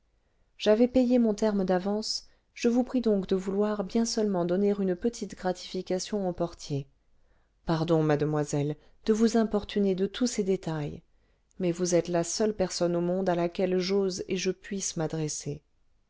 j'avais payé mon terme d'avance je vous prie donc de vouloir bien seulement donner une petite gratification au portier pardon mademoiselle de vous importuner de tous ces détails mais vous êtes la seule personne au monde à laquelle j'ose et je puisse m'adresser